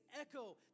echo